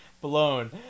blown